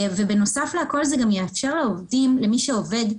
ובנוסף להכל, זה גם יאפשר לעובדים, למי שעובד,